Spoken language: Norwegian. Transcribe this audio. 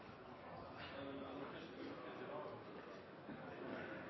er det en